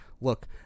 look